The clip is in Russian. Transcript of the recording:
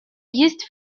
есть